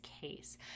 case